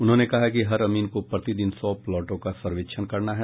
उन्होंने कहा कि हर अमीन को प्रतिदिन सौ प्लॉटों का सर्वेक्षण करना है